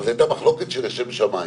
אבל זו הייתה מחלוקת לשם שמיים.